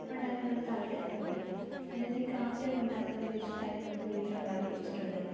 ഉണ്ടാക്കാനുള്ള താൽപര്യം കൂടും പിന്നെ ഈ ക്രാഫ്റ്റ് ഒക്കെ ഉണ്ടാക്കാൻ ഭയങ്കര ഇഷ്ടമായതുകൊണ്ട് വീട്ടിലുണ്ടാക്കി വെച്ചിട്ടുണ്ട്